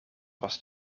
was